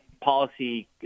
policy